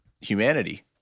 humanity